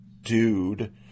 dude